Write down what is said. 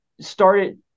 started